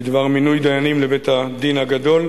בדבר מינוי דיינים לבית-הדין הגדול,